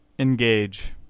Engage